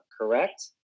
correct